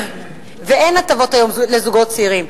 ואין הטבות היום לזוגות צעירים.